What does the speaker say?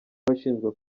abashinjwa